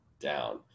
down